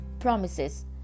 Promises